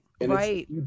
Right